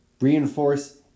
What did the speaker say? reinforce